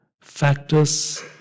factors